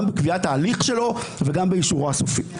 גם בקביעת ההליך שלו וגם באישורו הסופי.